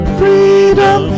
freedom